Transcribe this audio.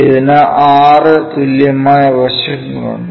ഇതിനു ആറു തുല്യമായ വശങ്ങളുണ്ട്